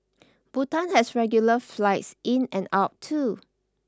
Bhutan has regular flights in and out too